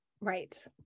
Right